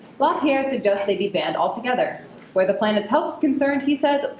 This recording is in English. lapierre suggests they be banned all together. where the planet's health's concerned, he says,